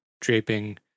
draping